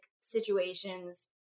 situations